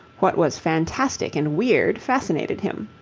what was fantastic and weird fascinated him.